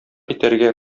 итәргә